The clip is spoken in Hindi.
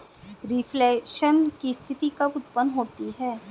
रिफ्लेशन की स्थिति कब उत्पन्न होती है?